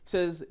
Says